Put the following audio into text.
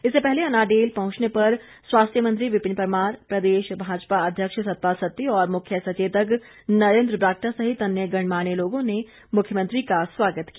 इससे पहले अनाडेल पहुंचने पर स्वास्थ्य मंत्री विपिन परमार प्रदेश भाजपा अध्यक्ष सतपाल सत्ती और मुख्य सचेतक नरेंद्र बरागटा सहित अन्य गणमान्य लोगों ने मुख्यमंत्री का स्वागत किया